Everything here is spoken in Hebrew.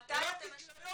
ראיתי בעיר הזאת.